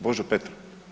Božo Petrov.